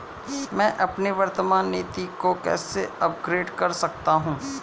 मैं अपनी वर्तमान नीति को कैसे अपग्रेड कर सकता हूँ?